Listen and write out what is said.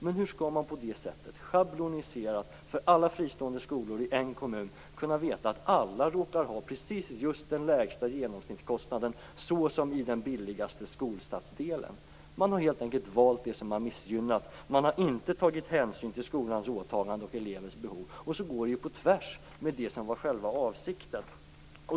Men hur skall man på det sättet schablonisera och för alla fristående skolor i en kommun kunna veta att alla råkar ha precis den lägsta genomsnittskostnaden såsom i den billigaste skolstadsdelen? Man har helt enkelt valt det som har missgynnat. Man har inte tagit hänsyn till skolans åtagande och elevens behov. Då går det på tvärs med det som var själva avsikten.